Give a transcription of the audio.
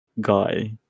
guy